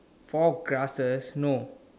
four grasses no